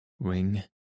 Ring